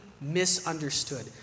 misunderstood